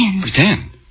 Pretend